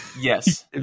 Yes